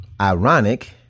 Ironic